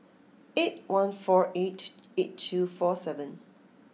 eight one four eight eight two four seven